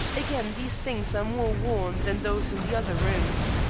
again, these things are more worn than those in the other rooms.